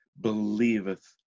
believeth